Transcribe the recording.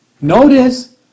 Notice